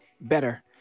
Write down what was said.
Better